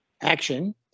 action